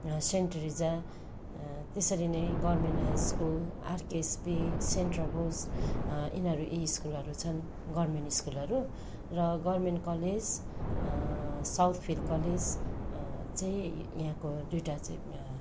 saint Teresa त्यसरी नै government high school RKSP saint Roberts यिनीहरू यी स्कुलहरू छन् गभर्नमेन्ट स्कुलहरू र गभर्नमेन्ट कलेज साउथफिल्ड कलेज चाहिँ यहाँको दुईवटा चाहिँ